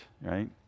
right